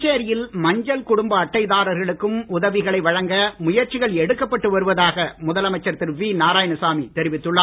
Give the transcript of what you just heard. புதுச்சேரியில் மஞ்சள் குடும்ப அட்டைதாரர்களுக்கும் உதவிகளை வழங்க முயற்சிகள் எடுக்கப்பட்டு வருவதாக முதலமைச்சர் திரு வி நாராயணசாமி தெரிவித்துள்ளார்